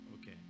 okay